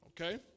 Okay